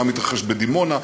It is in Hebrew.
מה מתרחש בדימונה,